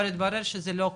אבל התברר שזה לא כך.